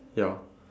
ya